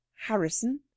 Harrison